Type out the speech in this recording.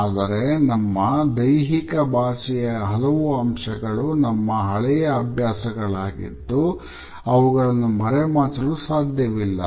ಆದರೆ ನಮ್ಮ ದೈಹಿಕ ಭಾಷೆಯ ಹಲವು ಅಂಶಗಳು ನಮ್ಮ ಹಳೆಯ ಅಭ್ಯಾಸಗಳಾಗಿದ್ದು ಅವುಗಳನ್ನು ಮರೆಮಾಚಲು ಸಾಧ್ಯವಿಲ್ಲ